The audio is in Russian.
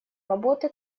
работы